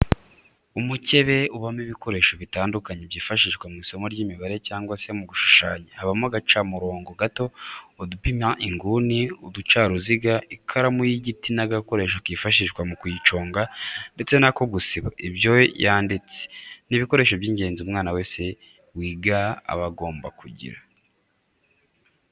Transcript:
Umukebe ubamo ibikoresho bitandukanye byifashishwa mu isomo ry'imibare cyangwa se mu gushushanya, habamo agacamurongo gato, udupima inguni, uducaruziga, ikaramu y'igiti n'agakoresho kifashishwa mu kuyiconga ndetse n'ako gusiba ibyo yanditse, ni ibikoresho by'ingenzi umwana wese wiga aba agomba kugira.